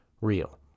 real